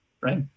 Right